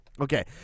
Okay